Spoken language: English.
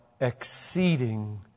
exceeding